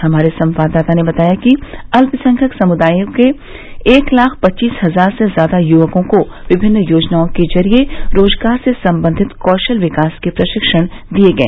हमारे संवाददाता ने बताया है कि अल्पसंख्यक समुदायों के एक लाख पच्चीस हजार से ज्यादा युवकों को विभिन्न योजनाओं के जरिए रोजगार से संबंधित कौशल विकास के प्रशिक्षण दिए गए